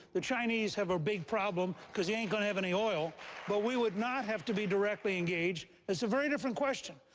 the chinese have a big problem because you ain't going to have any oil. gingrich but we would not have to be directly engaged. that's a very different question.